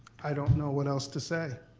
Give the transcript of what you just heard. i don't know what else to say.